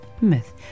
Myth